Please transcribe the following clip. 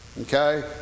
okay